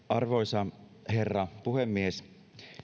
arvoisa herra puhemies